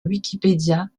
wikipédia